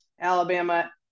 Alabama